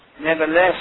nevertheless